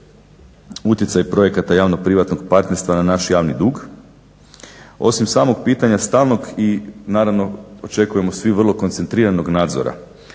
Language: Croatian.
utjecaj projekata javnog privatnog partnerstva na naš javni dug. Osim samog pitanja stalnog i naravno očekujemo svi koncentriranog nadzora